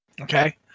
Okay